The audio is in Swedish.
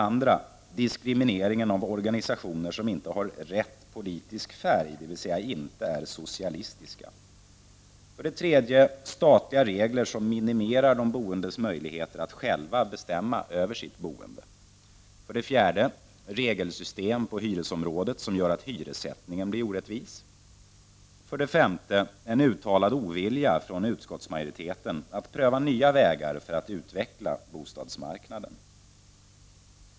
2. Diskriminering av organisationer som inte har ”rätt” politisk färg, dvs. inte är socialistiska. 3. Statliga regler som minimerar de boendes möjligheter att själva bestämma över sitt boende. 4. Regelsystem på hyresområdet som gör att hyressättningen blir orättvis. 5. En uttalad ovilja från utskottsmajoriteten att pröva nya vägar för att utveckla bostadsmarknaden.